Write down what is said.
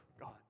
God